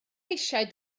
eisiau